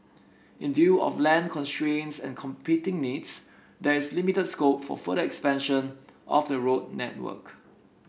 in view of land constraints and competing needs there is limited scope for further expansion of the road network